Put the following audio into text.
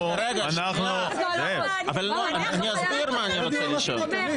אנחנו --- שנייה, אני אסביר מה אני רוצה לשאול.